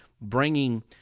bringing